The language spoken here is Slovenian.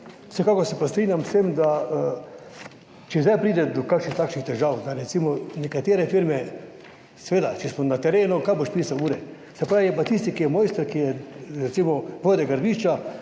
vsekakor se pa strinjam s tem, da če zdaj pride do kakšnih takšnih težav, da recimo nekatere firme, seveda, če smo na terenu, kaj boš pisal ure, se pravi, je pa tisti, ki je mojster, ki je recimo vodja gradbišča,